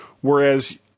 whereas